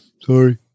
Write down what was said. Sorry